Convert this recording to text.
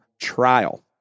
trial